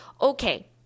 Okay